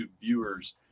viewers